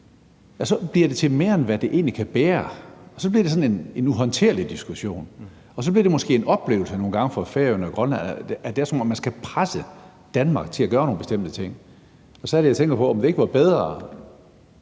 Så bliver det til mere, end det egentlig kan bære, og så bliver det sådan en uhåndterlig diskussion. Og så bliver det måske nogle gange en oplevelse for Færøerne og Grønland, at det er, som om man skal presse Danmark til at gøre nogle bestemte ting. Så er det, jeg tænker på, om det ikke var bedre,